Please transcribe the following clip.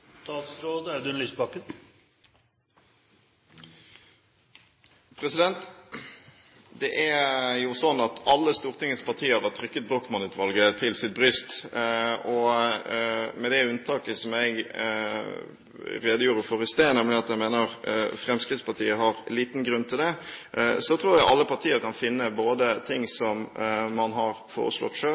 Det er jo slik at alle Stortingets partier har trykket Brochmann-utvalget til sitt bryst. Med det unntaket som jeg redegjorde for i sted, nemlig at jeg mener Fremskrittspartiet har liten grunn til det, tror jeg alle partier kan finne både ting som man har foreslått